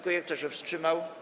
Kto się wstrzymał?